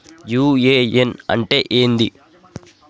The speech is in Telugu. యు.ఎ.ఎన్ అంటే ఏంది?